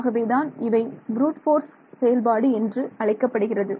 ஆகவே தான் இவை ப்ரூட் போர்ஸ் செயல்பாடு என்று அழைக்கப்படுகிறது